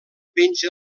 penja